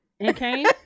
okay